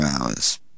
Hours